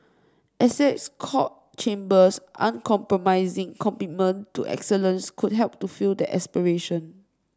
Essex Court Chambers uncompromising commitment to excellence could help to fulfil that aspiration